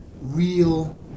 real